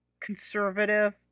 conservative